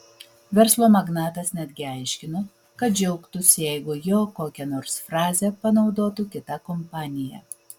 verslo magnatas netgi aiškino kad džiaugtųsi jeigu jo kokią nors frazę panaudotų kita kompanija